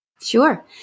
Sure